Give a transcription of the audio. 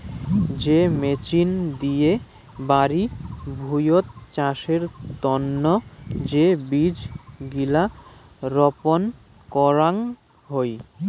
যে মেচিন দিয়ে বাড়ি ভুঁইয়ত চাষের তন্ন যে বীজ গিলা রপন করাং হই